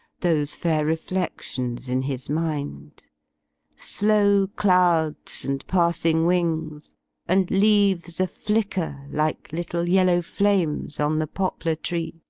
those fair refledions in his mind slow clouds and passing ivings and leaves a-flicker. like little yellow flames, on the poplar tree.